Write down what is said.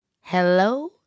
Hello